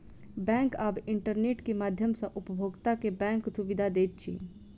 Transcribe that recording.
bank आब internet के माध्यम सॅ उपभोगता के बैंक सुविधा दैत अछि